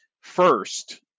first